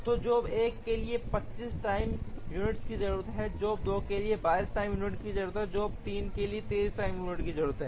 तो जॉब 1 के लिए 25 टाइम यूनिट्स की जरूरत है जॉब 2 के लिए 22 टाइम यूनिट्स की जरूरत है जॉब 3 के लिए 23 टाइम यूनिट्स की जरूरत है